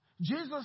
Jesus